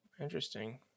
Interesting